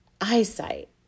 eyesight